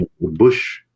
bush